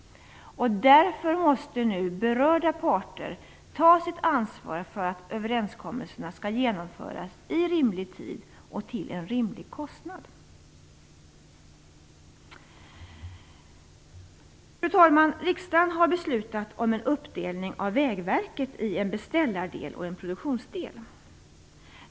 Därför måste nu berörda parter ta sitt ansvar för att överenskommelserna skall genomföras i rimlig tid och till en rimlig kostnad. Fru talman! Riksdagen har beslutat om en uppdelning av Vägverket i en beställardel och en produktionsdel.